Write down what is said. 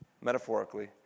metaphorically